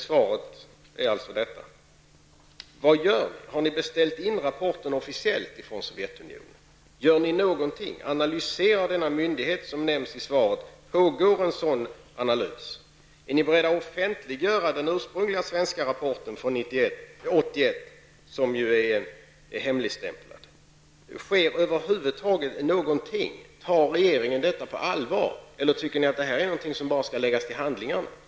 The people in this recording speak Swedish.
Svaret är alltså vad vi nyss har hört. Har ni officiellt beställt rapporten ifrån Sovjetunionen? Gör ni någonting? Pågår någon analys inom den myndighet som åsyftas i svaret? Är ni beredda att offentliggöra den ursprungliga svenska rapporten från 1981, som är hemligstämplad? Sker över huvud taget någonting? Tar regeringen detta på allvar, eller tycker ni att det här är någonting som bara skall läggas till handlingarna?